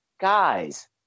guys